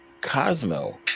Cosmo